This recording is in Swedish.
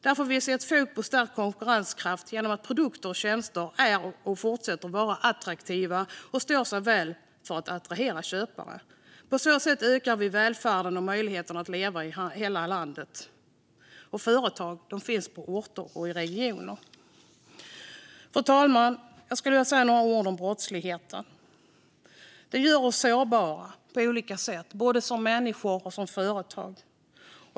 Därför vill vi se ett fokus på stärkt konkurrenskraft genom att produkter och tjänster är och fortsätter att vara attraktiva och står sig väl för att attrahera köpare. På så sätt ökar vi välfärden och möjligheten att leva i hela landet. Företag finns på orter och i regioner. Fru talman! Jag skulle vilja säga några ord om brottsligheten. Den gör oss sårbara på olika sätt, både som människor och som företag.